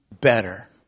better